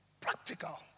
Practical